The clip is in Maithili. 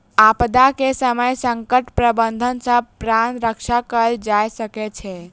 आपदा के समय संकट प्रबंधन सॅ प्राण रक्षा कयल जा सकै छै